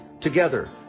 Together